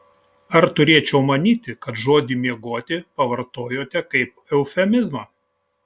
ar turėčiau manyti kad žodį miegoti pavartojote kaip eufemizmą